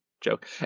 joke